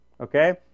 okay